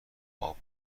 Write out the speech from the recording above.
اَپ